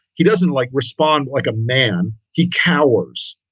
he doesn't like respond like a man. he cowers,